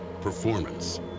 performance